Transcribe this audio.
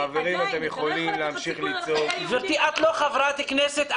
--- גברתי, את לא חברת כנסת.